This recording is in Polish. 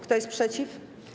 Kto jest przeciw?